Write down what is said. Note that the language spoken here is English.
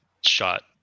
shot